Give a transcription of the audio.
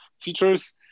features